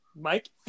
Mike